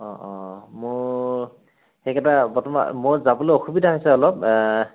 অ অ মোৰ সেইকেইটা বৰ্তমান মোৰ যাবলৈ অসুবিধা হৈছে অলপ